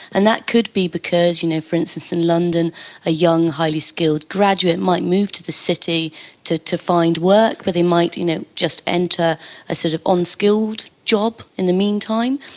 and that could be because, you know for instance in london a young highly skilled graduate might move to the city to to find work but they might you know just enter an sort of unskilled job in the meantime.